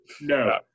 No